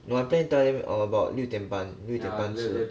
no I plan to tell them um about 六点半六点半吃